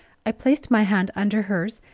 i placed my hand under hers,